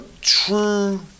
True